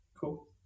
cool